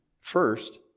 first